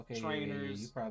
trainers